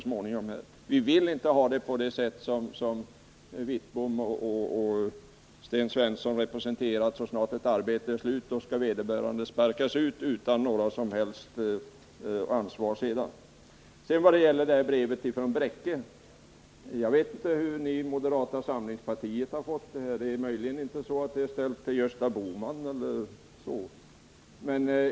Vi representerar inte samma synsätt som Bengt Wittbom och Sten Svensson, nämligen att så snart ett arbete är slut skall medarbetaren sparkas ut — man tar inget som helst ansvar för vad som sedan händer. Jag vet inte hur ni från moderata samlingspartiet har fått del av brevet från Bräcke. Är det möjligen så att det är ställt till Gösta Bohman?